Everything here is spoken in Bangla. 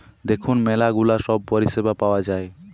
দেখুন ম্যালা গুলা সব পরিষেবা পাওয়া যায়